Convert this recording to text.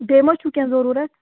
بیٚیہِ ما چھُو کیٚنٛہہ ضروٗرت